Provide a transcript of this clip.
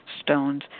stones